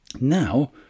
Now